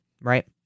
right